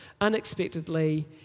unexpectedly